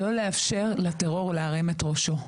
לא לאפשר לטרור להרים את ראשו.